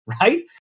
right